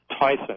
Tyson